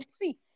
see